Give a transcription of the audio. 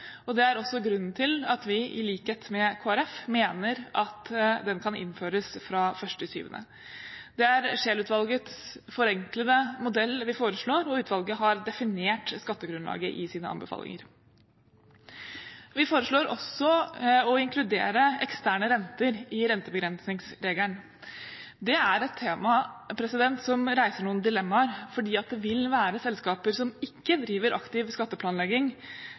og det er også grunnen til at vi, i likhet med Kristelig Folkeparti, mener at den kan innføres fra 1. juli. Det er Scheel-utvalgets forenklede modell vi foreslår, og utvalget har definert skattegrunnlaget i sine anbefalinger. Vi foreslår også å inkludere eksterne renter i rentebegrensningsregelen. Det er et tema som reiser noen dilemmaer, fordi det vil være selskaper som ikke driver aktiv skatteplanlegging,